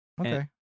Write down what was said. Okay